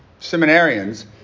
seminarians